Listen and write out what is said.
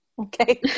Okay